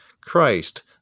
Christ